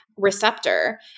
receptor